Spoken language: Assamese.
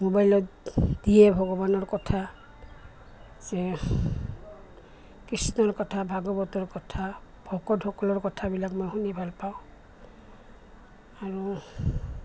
মোবাইলত দিয়ে ভগৱানৰ কথা যে কৃষ্ণৰ কথা ভাগৱতৰ কথা ভকতসকলৰ কথাবিলাক মই শুনি ভালপাওঁ আৰু